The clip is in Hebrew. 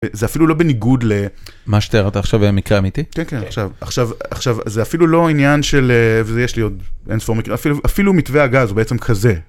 זה אפילו לא בניגוד ל... - מה שתיארת עכשיו היה מקרה אמיתי? - כן, כן, עכשיו זה אפילו לא עניין של, וזה יש לי עוד אינספור מקרים, אפילו מתווה הגז הוא בעצם כזה.